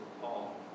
Paul